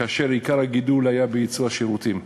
ועיקר הגידול היה ביצוא השירותים.